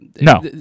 No